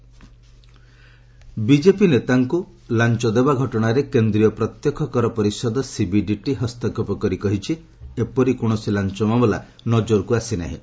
CBDT BJP ନେତାଙ୍କୁ ଲାଞ୍ଚ ଦେବା ଘଟଣାରେ କେନ୍ଦ୍ରୀୟ ପ୍ରତ୍ୟକ୍ଷ କର ବୋର୍ଡ ସିବିଡିଟି ହସ୍ତକ୍ଷେପ କରି କହିଛି ଏପରି କୌଣସି ଲାଞ୍ଚ ମାମଲା ନଜରକୁ ଆସିନାହିଁ